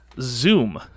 Zoom